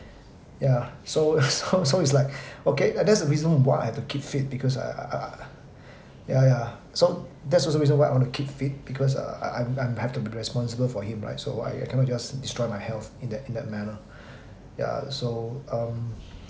yeah so so so its like okay that's the reason why I have to keep fit because I I I yeah yeah so that's also reason why I want to keep fit because uh I'm I'm I'm have to be responsible for him right so what I cannot just destroy my health in that in that manner yeah so um